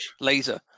laser